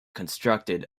constructed